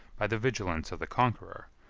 by the vigilance of the conqueror,